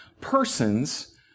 persons